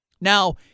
Now